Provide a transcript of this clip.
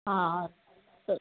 हा सही